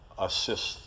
assist